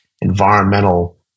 environmental